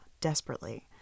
desperately